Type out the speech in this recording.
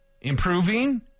improving